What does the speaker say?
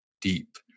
deep